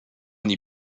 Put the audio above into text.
n’y